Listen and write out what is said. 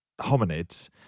hominids